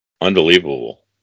unbelievable